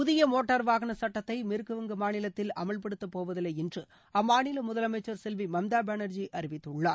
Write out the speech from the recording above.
புதிய மோட்டார் வாகன சுட்டத்தை மேற்குவங்க மாநிலத்தில் அமல்படுத்த போவதில்லை என்று அம்மாநில முதலமைச்சர் செல்வி மம்தா பேனர்ஜி அறிவித்துள்ளார்